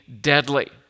deadly